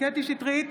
קטי קטרין שטרית,